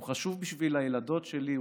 הוא חשוב בשביל הילדות שלי,